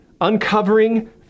Uncovering